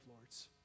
lords